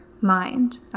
mind